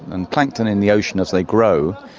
and plankton in the ocean as they grow,